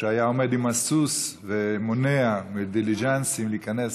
שהיה עומד עם הסוס ומונע מדיליז'נסים להיכנס